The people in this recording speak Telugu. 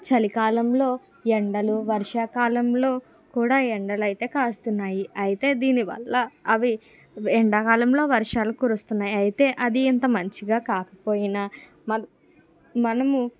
చలికాలంలో ఎండలు వర్షాకాలంలో కూడా ఎండలయితే కాస్తున్నాయి అయితే దీనివల్ల అవి ఎండాకాలంలో వర్షాలు కురుస్తున్నాయి అయితే అది ఎంత మంచిగా కాకపోయినా మన మనము